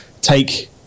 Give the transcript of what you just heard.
take